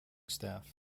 staff